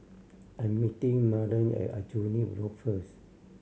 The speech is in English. I'm meeting Marlen at Aljunied Road first